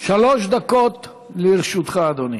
שלוש דקות לרשותך, אדוני.